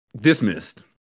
dismissed